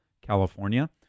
California